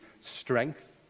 strength